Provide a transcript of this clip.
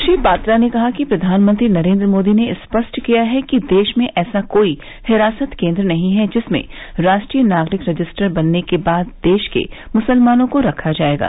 श्री पात्रा ने कहा कि प्रधानमंत्री नरेन्द्र मोदी ने स्पष्ट किया है कि देश में ऐसा कोई हिरासत केन्द्र नहीं है जिसमें राष्ट्रीय नागरिक रजिस्टर बनने के बाद देश के मुसलमानों को रखा जाएगा